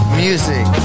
music